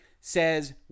says